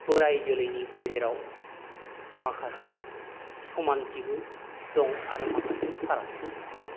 बोराय जोलैनि गेजेराव माखासे समानथिबो दं आरो माखासे फारागथि दं